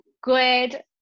Good